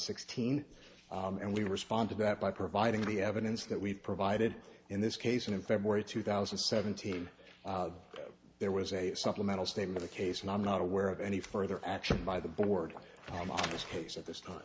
sixteen and we respond to that by providing the evidence that we've provided in this case and in february two thousand and seventeen there was a supplemental statement the case and i'm not aware of any further action by the board on this case at this time